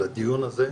על הדיון הזה.